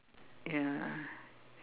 ya